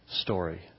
story